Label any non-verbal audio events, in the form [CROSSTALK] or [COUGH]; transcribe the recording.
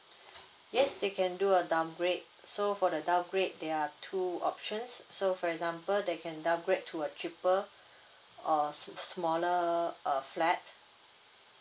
yes they can do a downgrade so for the downgrade there are two options so for example they can downgrade to a cheaper uh [NOISE] smaller uh flat